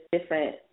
different